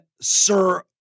sir